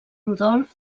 rodolf